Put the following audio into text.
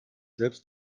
selbst